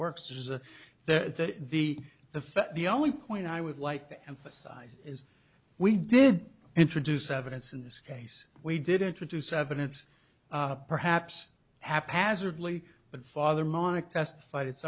works is the the the fact the only point i would like to emphasize is we did introduce evidence in this case we did introduce evidence perhaps haphazardly but father monica testified it's